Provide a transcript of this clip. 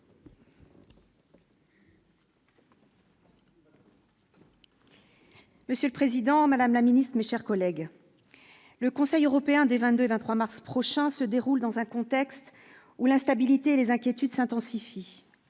Monsieur le Président, Madame la Ministre, mes chers collègues, le Conseil européen des 22 et 23 mars prochain se déroule dans un contexte où l'instabilité et les inquiétudes s'intensifie,